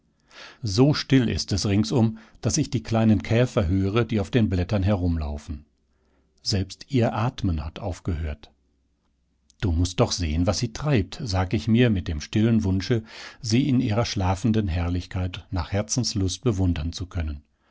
so still ist es ringsum daß ich die kleinen käfer höre die auf den blättern herumlaufen selbst ihr atmen hat aufgehört du muß doch sehen was sie treibt sag ich mir mit dem stillen wunsche sie in ihrer schlafenden herrlichkeit nach herzenslust bewundern zu können